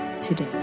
today